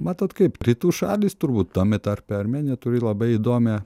matot kaip rytų šalys turbūt tame tarpe armėnija turi labai įdomią